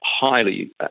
highly